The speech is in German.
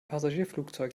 passagierflugzeug